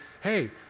hey